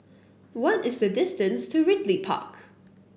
what is the distance to Ridley Park